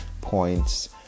points